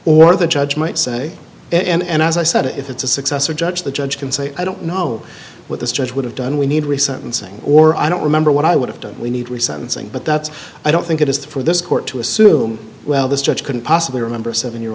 or the judge might say and as i said if it's a success or judge the judge can say i don't know what this judge would have done we need recent and saying or i don't remember what i would have done we need we sentencing but that's i don't think it is for this court to assume well this judge couldn't possibly remember a seven year